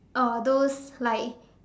uh those like